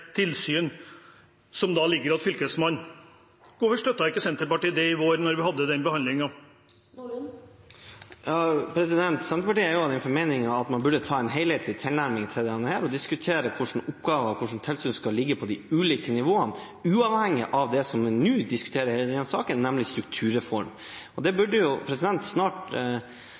tilsyn som ligger til Fylkesmannen? Hvorfor støttet ikke Senterpartiet det i vår, da vi hadde den behandlingen? Senterpartiet er av den formening at man burde ha en helhetlig tilnærming til dette og diskutere hva slags oppgaver og hva slags tilsyn som skal ligge på de ulike nivåene uavhengig av det som vi nå diskuterer i denne saken, nemlig strukturreform. Det burde snart